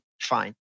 fine